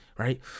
Right